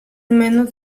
menos